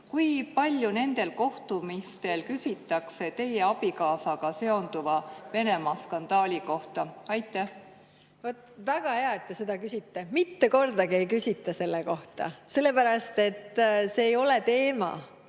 Kui palju nendel kohtumistel küsitakse teie abikaasaga seonduva Venemaa-skandaali kohta? Väga hea, et te seda küsite! Mitte kordagi ei ole küsitud selle kohta, sellepärast et see ei ole teema